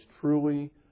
truly